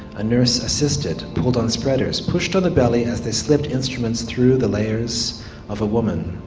a nurse assisted, pulled on spreaders, pushed on the belly as they slipped instruments through the layers of a woman.